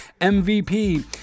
MVP